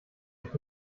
ich